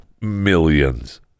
millions